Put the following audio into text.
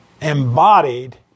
embodied